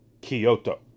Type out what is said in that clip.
Kyoto